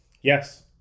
Yes